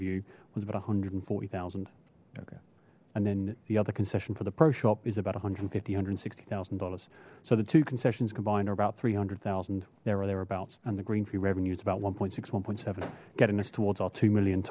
view was about a hundred and forty thousand okay and then the other concession for the pro shop is about one hundred and fifty hundred and sixty thousand dollars so the two concessions combined or about three hundred thousand there are they're about and the green fee revenue is about one six one point seven getting us towards our two million